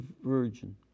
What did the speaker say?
virgin